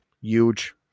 huge